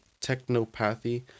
technopathy